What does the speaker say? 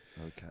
Okay